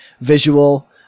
visual